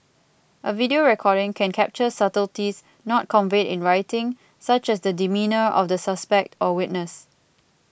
a video recording can capture subtleties not conveyed in writing such as the demeanour of the suspect or witness